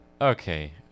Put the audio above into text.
Okay